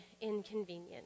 inconvenient